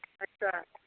अच्छा